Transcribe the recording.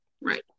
right